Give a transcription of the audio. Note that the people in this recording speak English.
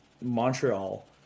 Montreal